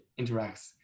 interacts